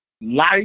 Life